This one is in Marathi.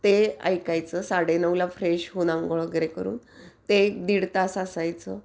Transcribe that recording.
ते ऐकायचं साडे नऊला फ्रेश होऊन आंघोळ वगैरे करून ते एक दीड तास असायचं